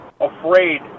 Afraid